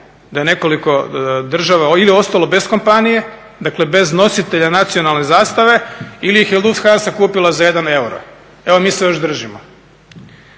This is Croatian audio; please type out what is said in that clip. da je nekoliko država ili ostalo bez kompanije, dakle bez nositelje nacionalne zastave ili ih je Lufthansa kupila za 1 euro, evo mi se još držimo.